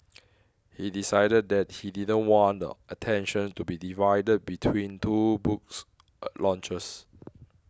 he decided that he didn't want the attention to be divided between two books launches